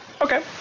Okay